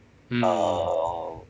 mm